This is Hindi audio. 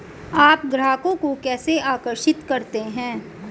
आप ग्राहकों को कैसे आकर्षित करते हैं?